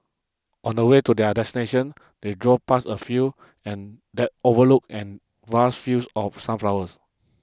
on the way to their destination they drove past a feel and that overlooked and vast fields of sunflowers